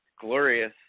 glorious